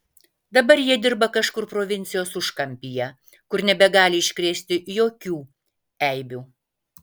dabar jie dirba kažkur provincijos užkampyje kur nebegali iškrėsti jokių eibių